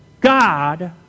God